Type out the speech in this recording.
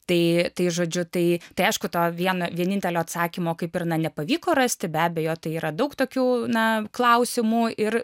tai tai žodžiu tai tai aišku to vieno vienintelio atsakymo kaip ir na nepavyko rasti be abejo tai yra daug tokių na klausimų ir